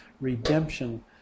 redemption